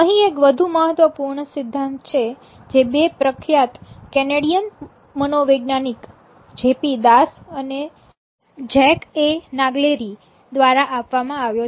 અહીં એક વધુ મહત્વપૂર્ણ સિદ્ધાંત છે જે બે પ્રખ્યાત કેનેડિયન મનોવૈજ્ઞાનિક જે પી દાસ અને જેક એ નાગલેરી દ્વારા આપવામાં આવ્યો છે